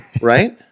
right